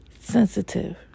sensitive